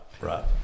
right